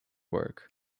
work